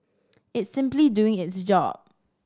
it's simply doing its job